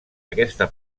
aquesta